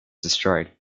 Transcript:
destroyed